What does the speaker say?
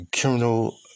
criminal